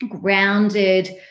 grounded